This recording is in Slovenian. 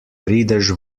prideš